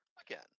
Again